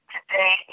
Today